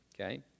okay